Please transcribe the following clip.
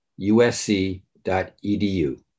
USC.edu